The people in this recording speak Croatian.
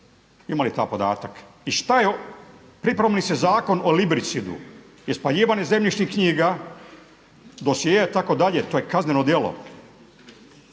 ima li taj podatak? I šta je priprema se zakon o libricidu je spaljivanje zemljišnih knjiga, dosjea itd. to je kazneno djelo.